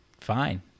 fine